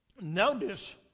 notice